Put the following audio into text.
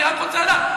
אני רק רוצה לדעת.